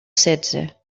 setze